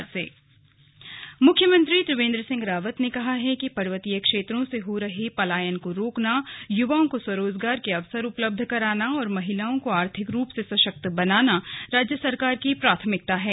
CM समीक्षा मुख्यमंत्री त्रिवेन्द्र सिंह रावत ने कहा है कि पर्वतीय क्षेत्रों से हो रहे पलायन को रोकना युवाओं को स्वरोजगार के अवसर उपलब्ध कराना और महिलाओं को आर्थिक रूप से सशक्त बनाना राज्य सरकार की प्राथमिकता है